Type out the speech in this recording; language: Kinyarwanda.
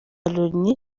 loni